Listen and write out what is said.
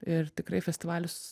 ir tikrai festivalius